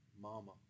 mama